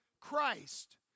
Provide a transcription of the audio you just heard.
Christ